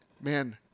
man